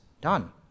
done